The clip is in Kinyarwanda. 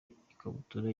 ikabutura